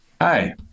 Hi